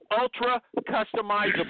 ultra-customizable